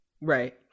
Right